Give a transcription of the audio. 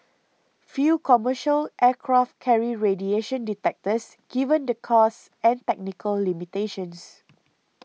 few commercial aircraft carry radiation detectors given the costs and technical limitations